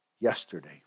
yesterday